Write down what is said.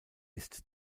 ist